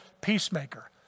peacemaker